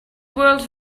world